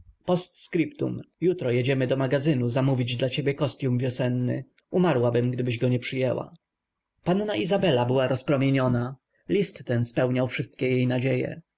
scriptum jutro jedziemy do magazynu zamówić dla ciebie kostyum wiosenny umarłabym gdybyś go nie przyjęła panna izabela była rozpromieniona list ten spełniał wszystkie jej nadzieje